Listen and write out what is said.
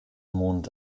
mond